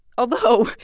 although,